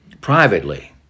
privately